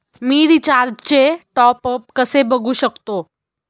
मी रिचार्जचे टॉपअप कसे बघू शकतो?